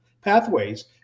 pathways